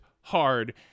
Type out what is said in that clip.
hard